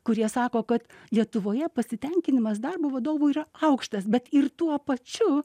kurie sako kad lietuvoje pasitenkinimas darbu vadovų yra aukštas bet ir tuo pačiu